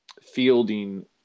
fielding